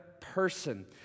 person